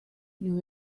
new